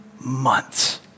months